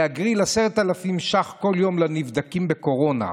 הגרלה של 10,000 שקלים כל יום בין הנבדקים לקורונה.